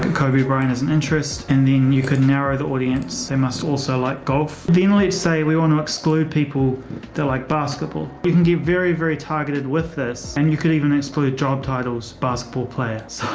kobe bryant has an interest and then you can narrow the audience. they must also like golf finally to say we want to exclude people like basketball. you can give very, very targeted with this and you could even exclude job titles, basketball players.